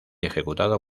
ejecutado